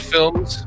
Films